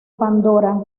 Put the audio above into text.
pandora